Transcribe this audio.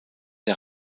der